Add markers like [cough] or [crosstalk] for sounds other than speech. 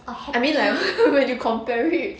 I mean like [laughs] when you compare it